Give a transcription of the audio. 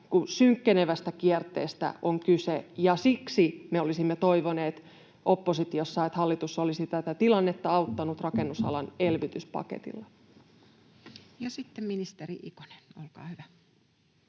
synkkenevästä kierteestä on kyse, ja siksi me olisimme toivoneet oppositiossa, että hallitus olisi tätä tilannetta auttanut rakennusalan elvytyspaketilla. Sitten ministeri Ikonen, olkaa hyvä.